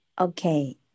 Okay